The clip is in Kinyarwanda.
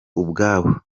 ubwabo